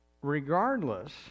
Regardless